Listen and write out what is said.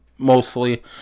Mostly